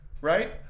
right